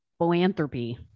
Boanthropy